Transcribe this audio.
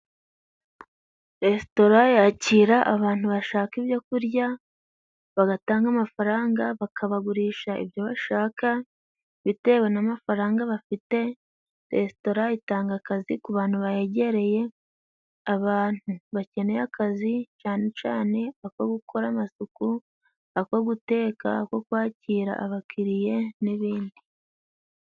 Resitora yakira abantu bashaka ibyo kurya, bagatanga amafaranga bakabagurisha ibyo bashaka, bitewe n'amafaranga bafite Resitora itanga akazi ku bantu bahegereye, abantu bakeneye akazi cane cane ako gukora amasuku, ako guteka, ako kwakira abakiriye n'ibindi.